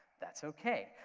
that's okay,